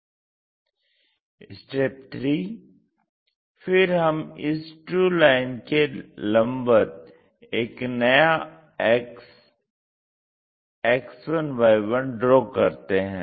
3 फिर हम इस ट्रू लाइन के लम्बवत एक नया अक्ष X1Y1 ड्रा करते हैं